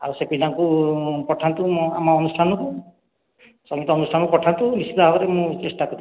ଆଉ ସେ ପିଲାଙ୍କୁ ପଠାନ୍ତୁ ମୁଁ ଆମ ଅନୁଷ୍ଠାନକୁ ସଂଗୀତ ଅନୁଷ୍ଠାନକୁ ପଠାନ୍ତୁ ନିଶ୍ଚିତ ଭାବରେ ମୁଁ ଚେଷ୍ଟା କରିବି